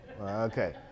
Okay